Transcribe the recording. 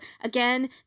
Again